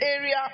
area